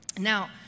Now